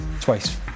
Twice